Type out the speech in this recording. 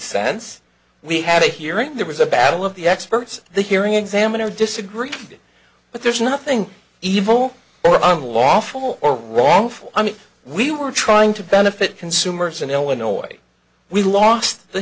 sense we had a hearing there was a battle of the experts the hearing examiner disagree but there's nothing evil or unlawful or wrong for we were trying to benefit consumers in illinois we lost the